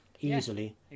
easily